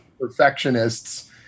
perfectionists